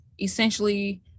essentially